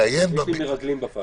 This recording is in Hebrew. -- יש לי מרגלים בוועדה.